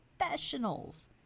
professionals